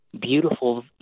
beautiful